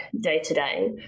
day-to-day